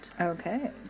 okay